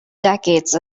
decades